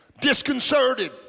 disconcerted